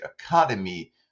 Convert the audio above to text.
academy